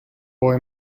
boy